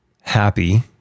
happy